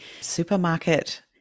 supermarket